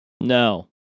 No